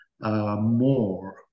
More